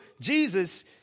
Jesus